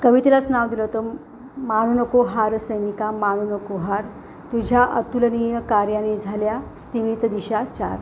कवितेलाच नाव दिलं होतं मानू नको हार सैनिका मानू नको हार तुझ्या अतुलनीय कार्याने झाल्या स्तिमित दिशा चार